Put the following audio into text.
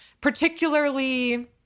particularly